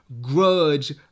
grudge